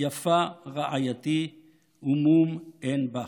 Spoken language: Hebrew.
יפה רעייתי ומום אין בך".